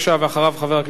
חבר הכנסת שכיב שנאן.